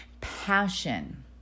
Passion